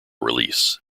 release